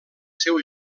seu